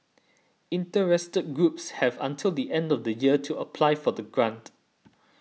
interested groups have until the end of the year to apply for the grant